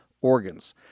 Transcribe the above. organs